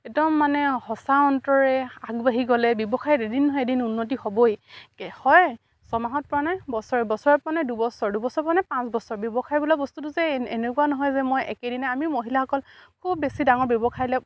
একদম মানে সঁচা অন্তৰে আগবাঢ়ি গ'লে ব্যৱসায়ত এদিন নহয় এদিন উন্নতি হ'বই হয় ছমাহত পৰা নাই বছৰৰত বছৰত পৰা নাই দুবছৰত দুবছৰত পৰা নাই পাঁচ বছৰ ব্যৱসায় বোলা বস্তুটো যে এনেকুৱা নহয় যে মই একেদিনাই আমি মহিলাসকল খুব বেছি ডাঙৰ ব্যৱসায়লে